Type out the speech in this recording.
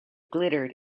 glittered